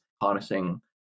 harnessing